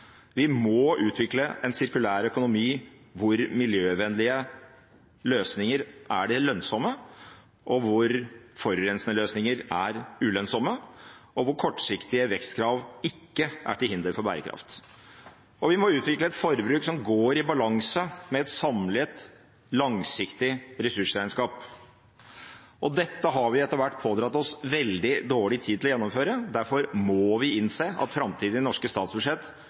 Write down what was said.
Vi må utvikle en sirkulær økonomi hvor miljøvennlige løsninger er det lønnsomme, hvor forurensende løsninger er ulønnsomme, og hvor kortsiktige vekstkrav ikke er til hinder for bærekraft. Vi må utvikle et forbruk som går i balanse med et samlet, langsiktig ressursregnskap. Dette har vi etter hvert pådratt oss veldig dårlig tid til å gjennomføre. Derfor må vi innse at en i framtidige norske statsbudsjett